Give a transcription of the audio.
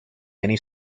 many